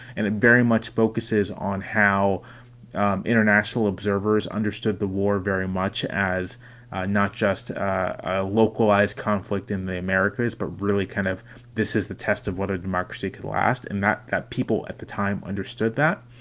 and it very much focuses on how international observers understood the war very much as not just a localized conflict in the americas, but really kind of this is the test of what a democracy could last in that that people at the time understood that